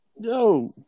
Yo